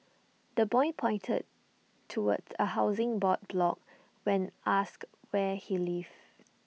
the boy pointed towards A Housing Board block when asked where he lived